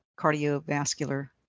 cardiovascular